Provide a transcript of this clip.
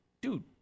dude